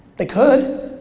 they could.